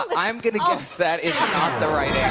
um i'm going to guess that is not the right yeah